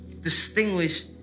distinguish